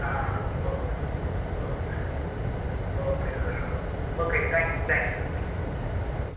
ah okay okay okay okay okay thank you thank you thank you